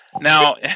Now